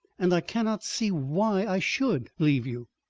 and i cannot see why i should leave you.